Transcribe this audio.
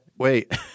Wait